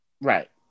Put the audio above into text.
Right